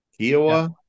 Kiowa